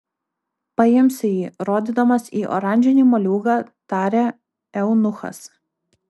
paimsiu jį rodydamas į oranžinį moliūgą tarė eunuchas